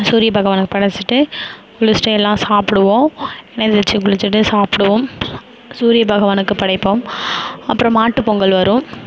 சூரிய பகவானுக்கு படைத்துட்டு குளித்திட்டு எல்லாம் சாப்பிடுவோம் எண்ணெய் தேய்ச்சி குளித்திட்டு சாப்பிடுவோம் சூரிய பகவானுக்குப் படைப்போம் அப்புறம் மாட்டுப் பொங்கல் வரும்